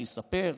שיספר,